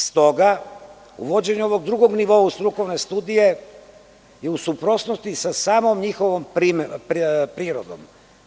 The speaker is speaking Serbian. Stoga uvođenjem ovog drugog nivoau strukovne studije je u suprotnosti sa samom njihovom prirodom.